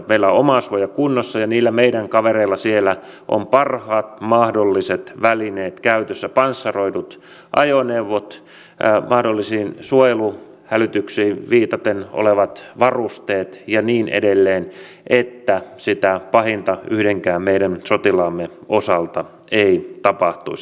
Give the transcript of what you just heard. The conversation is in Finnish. meillä on omasuoja kunnossa ja niillä meidän kavereilla siellä on parhaat mahdolliset välineet käytössä panssaroidut ajoneuvot varusteet viitaten mahdollisiin suojeluhälytyksiin ja niin edelleen jotta sitä pahinta yhdenkään meidän sotilaamme osalta ei tapahtuisi